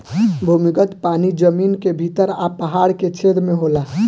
भूमिगत पानी जमीन के भीतर आ पहाड़ के छेद में होला